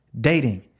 dating